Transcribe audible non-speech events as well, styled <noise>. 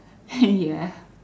<laughs> ya